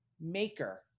maker